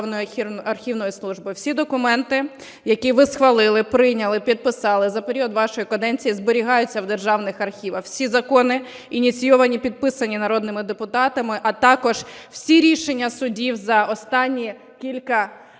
Державної архівної служби. Всі документи, які ви схвалили, прийняли, підписали за період вашої каденції, зберігаються в державних архівах. Всі закони, ініційовані, підписані народними депутатами, а також всі рішення судів за останні кілька сторіч